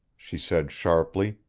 she said sharply,